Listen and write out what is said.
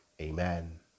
amen